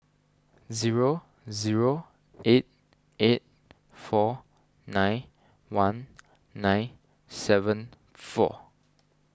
zero zero eight eight four nine one nine seven four